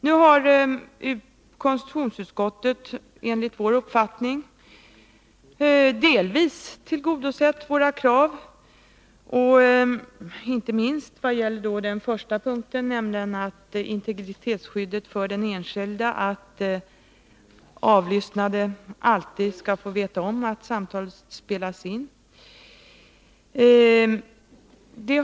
Nu har konstitutionsutskottet enligt vår uppfattning delvis tillgodosett våra krav, inte minst i vad gäller den första punkten, om integritetsskydd för den enskilde, dvs. att den avlyssnade alltid skall få veta att samtalet spelas in.